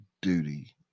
duty